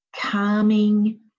calming